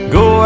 go